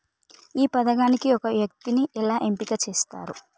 ఈ పథకానికి ఒక వ్యక్తిని ఎలా ఎంపిక చేస్తారు?